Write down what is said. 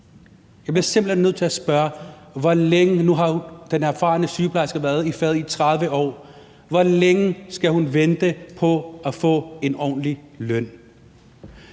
Jeg bliver simpelt hen nødt til at spørge: Den erfarne sygeplejerske har været i faget i 30 år, og hvor længe skal hun vente på at få en ordentlig løn?